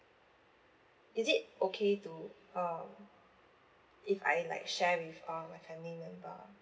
is it okay to um if I like share with uh my family member